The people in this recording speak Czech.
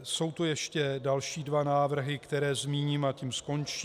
Jsou tu ještě další dva návrhy, které zmíním, a tím skončím.